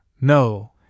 no